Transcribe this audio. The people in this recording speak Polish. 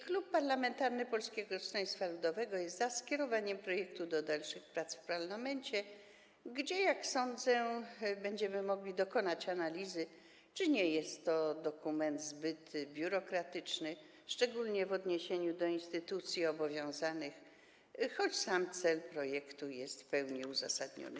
Klub Parlamentarny Polskiego Stronnictwa Ludowego jest za skierowaniem projektu do dalszych prac w parlamencie, gdzie będziemy mogli, jak sądzę, dokonać analizy, czy nie jest to dokument zbyt biurokratyczny, szczególnie w odniesieniu do instytucji obowiązanych, choć sam cel projektu jest w pełni uzasadniony.